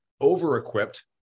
over-equipped